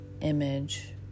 image